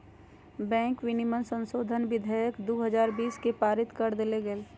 bank विनियमन संशोधन विधेयक दू हजार बीस के पारित कर देल गेलय